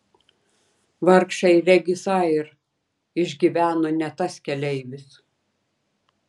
vargšai regis air išgyveno ne tas keleivis